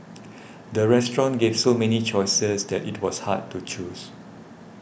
the restaurant gave so many choices that it was hard to choose